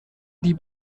die